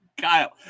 Kyle